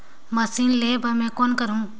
Machine लेहे बर मै कौन करहूं?